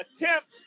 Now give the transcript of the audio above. attempt